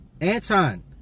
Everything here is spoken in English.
Anton